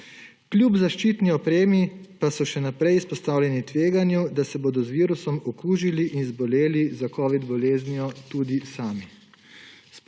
Kljub zaščitni opremi pa so še naprej izpostavljeni tveganju, da se bodo z virusom okužili in zboleli za covid boleznijo tudi sami.